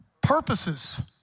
purposes